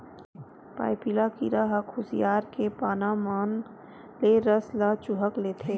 पाइपिला कीरा ह खुसियार के पाना मन ले रस ल चूंहक लेथे